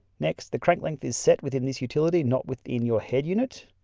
next the crank length is set within this utility not within your head unit